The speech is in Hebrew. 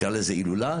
תקרא לזה הילולא,